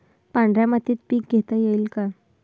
पांढऱ्या मातीत पीक घेता येईल का?